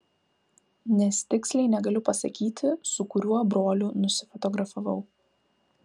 nes tiksliai negaliu pasakyti su kuriuo broliu nusifotografavau